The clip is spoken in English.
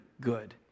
good